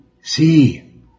see